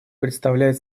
представляет